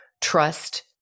trust